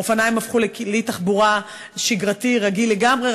אופניים הפכו לכלי תחבורה שגרתי רגיל לגמרי,